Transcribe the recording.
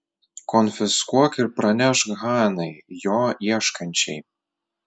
konfiskuok ir pranešk hanai jo ieškančiai